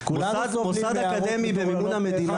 מוסד אקדמי במימון המדינה,